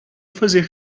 fazer